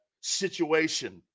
situation